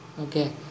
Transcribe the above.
Okay